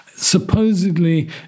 supposedly